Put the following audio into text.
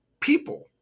people